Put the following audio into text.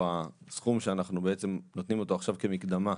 הסכום שאנחנו בעצם נותנים אותו עכשיו כמקדמה,